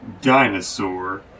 dinosaur